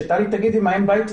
שטלי תגיד אִם אם הבית,